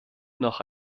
noch